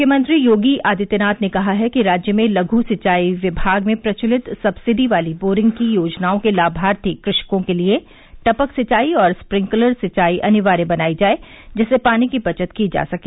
मुख्यमंत्री योगी आदित्यनाथ ने कहा है कि राज्य में लघु सिंचाई विभाग में प्रचलित सक्सिडी वाली बोरिंग की योजनाओं के लाभार्थी कृषकों के लिये टपक सिंचाई और स्प्रिंकलर सिंचाई अनिवार्य बनाई जाये जिससे पानी की बचत की जा सके